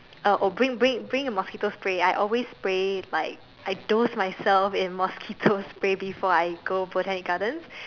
oh oh bring bring bring your mosquito spray I always spray like I dose myself in mosquito spray before I go Botanic-Gardens